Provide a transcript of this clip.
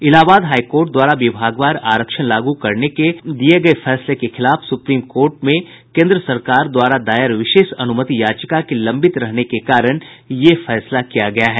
Allahabad high court द्वारा विभागवार आरक्षण लागू करने के दिये गये फैसले के खिलाफ सुप्रीम कोर्ट में केंद्र सरकार द्वारा दायर विशेष अनुमति याचिका के लंबित रहने के कारण यह फैसला किया गया है